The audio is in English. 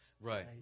Right